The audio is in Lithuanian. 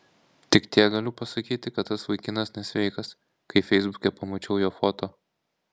tik tiek galiu pasakyti kad tas vaikinas nesveikas kai feisbuke pamačiau jo foto